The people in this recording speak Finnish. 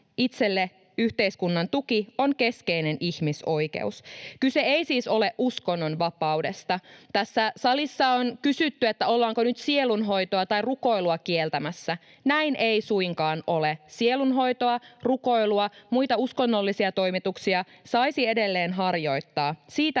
itselleen yhteiskunnan tuki on keskeinen ihmisoikeus. Kyse ei siis ole uskonnonvapaudesta. Tässä salissa on kysytty, ollaanko nyt sielunhoitoa tai rukoilua kieltämässä. Näin ei suinkaan ole. Sielunhoitoa, rukoilua, muita uskonnollisia toimituksia saisi edelleen harjoittaa.